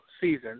season